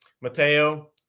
Mateo